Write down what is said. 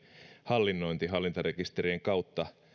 hallinnointi hallintarekisterien kautta